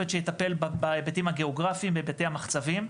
שיטפל בהיבטים הגאוגרפיים ובתי המחצבים,